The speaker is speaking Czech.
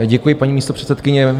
Děkuji, paní místopředsedkyně.